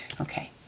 Okay